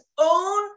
own